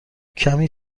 کمی